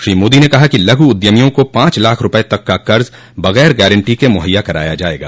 श्री मोदी ने कहा कि लघु उद्यमियों को पांच लाख रूपये तक का कर्ज बगैर गारन्टी के मुहैया कराया जायेगा